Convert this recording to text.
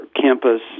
campus